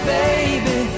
baby